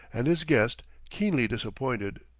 and his guest, keenly disappointed,